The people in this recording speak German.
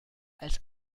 als